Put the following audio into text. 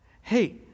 Hey